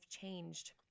changed